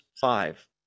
five